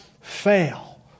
fail